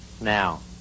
Now